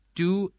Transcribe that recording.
two